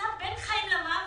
נמצא בין חיים למוות.